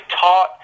taught